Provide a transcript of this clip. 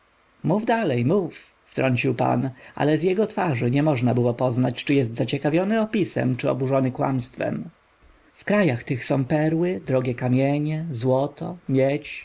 mów dalej mów wtrącił pan ale z twarzy jego nie można było poznać czy jest zaciekawiony opisem czy oburzony kłamstwem w krajach tych są perły drogie kamienie złoto